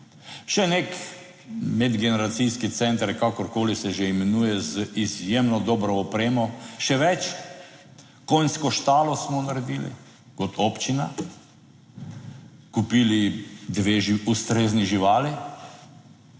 še nek medgeneracijski center, kakorkoli se že imenuje, z izjemno dobro opremo, še več, konjsko štalo smo naredili kot občina, kupili dve ustrezni živali,